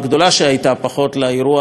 פחות לאירוע הזה בבז"ן: